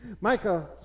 Micah